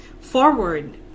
forward